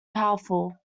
powerful